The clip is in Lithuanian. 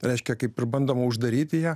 reiškia kaip ir bandoma uždaryti ją